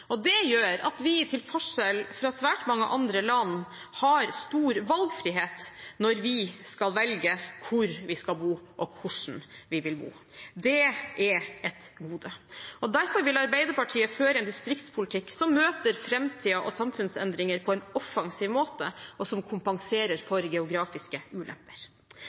Det gjør at vi til forskjell fra svært mange andre land har stor valgfrihet når vi skal velge hvor vi skal bo, og hvordan vi vil bo. Det er et gode. Derfor vil Arbeiderpartiet føre en distriktspolitikk som møter framtiden og samfunnsendringer på en offensiv måte, og som kompenserer for geografiske ulemper.